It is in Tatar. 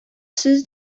сүз